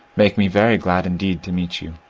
make me very glad, indeed, to meet you.